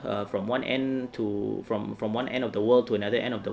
err from one end to from from one end of the world to another end of the